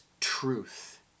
truth